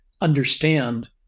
understand